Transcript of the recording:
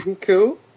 Cool